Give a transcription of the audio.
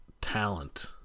talent